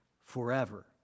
forever